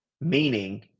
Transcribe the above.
Meaning